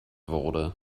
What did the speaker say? wurde